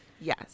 yes